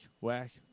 whack